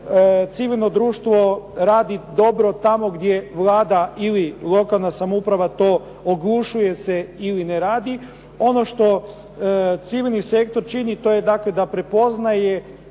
Civilno društvo radi dobro tamo gdje Vlada ili lokalna samouprava to oglušuje se ili ne radi. Ono što civilni sektor čini to je dakle da prepoznaje